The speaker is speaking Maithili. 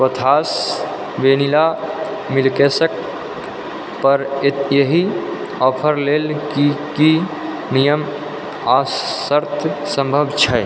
कोथास वेनिला मिल्कशेकपर एहि ऑफर लेल की की नियम आओर शर्त सम्भव छै